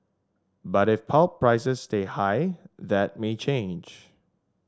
but if pulp prices stay high that may change